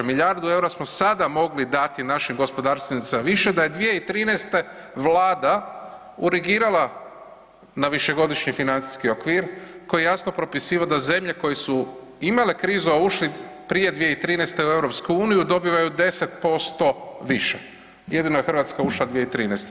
Milijardu eura smo sada mogli dati našim gospodarstvenicima više da je 2013. vlada urgirala na višegodišnji financijski okvir koji je jasno propisivao da zemlje koje su imale krize, a ušli prije 2013. u EU dobivaju 10% više, jedino je Hrvatska ušla 2013.